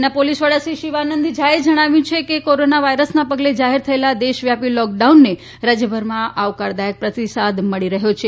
રાજયના પોલીસ વડા શ્રી શિવાનંદ ઝા એ જણાવ્યું છે કે કોરોના વાયરસને પગલે જાહેર થયેલા દેશવ્યાપી લોકડાઉનને રાજયભરમાં આવકારદાયક પ્રતિસાદ મળી રહ્યો છે